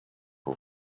who